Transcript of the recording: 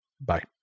Bye